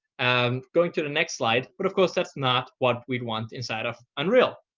um going to the next slide. but of course, that's not what we want inside of unreal.